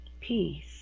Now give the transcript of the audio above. peace